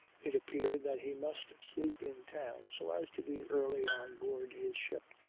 it appeared that he must sleep in town so as to be early on board his ship.